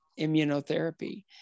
immunotherapy